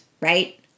right